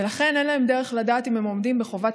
ולכן אין להם דרך לדעת אם הם עומדים בחובת